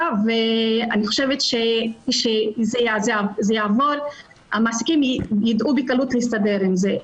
ואני חושבת שזה יעבור והמעסיקים בקלות ידעו להסתדר עם זה.